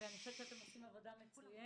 אני חושבת שאתם עושים עבודה מצוינת.